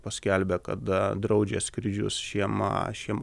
paskelbė kad draudžia skrydžius šiem šiem